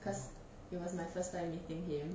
cause it was my first time meeting him